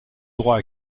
droit